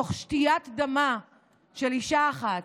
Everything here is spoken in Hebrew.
תוך שתיית דמה של אישה אחת,